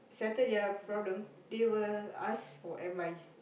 should I tell their problem they will ask for advice